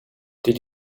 did